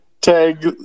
tag